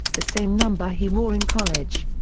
the same number he wore in college.